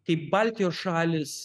kaip baltijos šalys